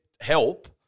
help